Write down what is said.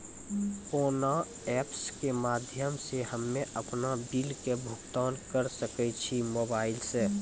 कोना ऐप्स के माध्यम से हम्मे अपन बिल के भुगतान करऽ सके छी मोबाइल से?